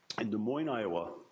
and moines, iowa.